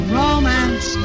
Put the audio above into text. romance